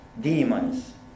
demons